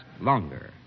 longer